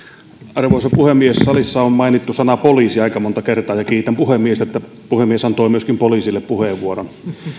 arvoisa puhemies salissa on mainittu sana poliisi aika monta kertaa ja kiitän puhemiestä että puhemies antoi myöskin poliisille puheenvuoron